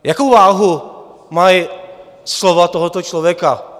Jakou váhu mají slova tohoto člověka?